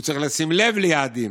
הוא צריך לשים לב ליעדים.